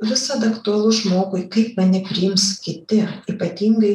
visad aktualu žmogui kaip mane priims kiti ypatingai